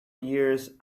years